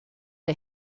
der